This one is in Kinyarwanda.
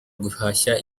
guhashya